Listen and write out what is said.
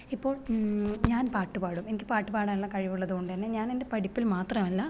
ഇപ്പോൾ ഞാൻ പാട്ട് പാടും എനിക്ക് പാട്ടുപാടാനുള്ള കഴിവുള്ളതുകൊണ്ടുതന്നെ ഞാനെൻ്റെ പഠിപ്പിൽ മാത്രമല്ല